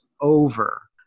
over